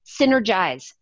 Synergize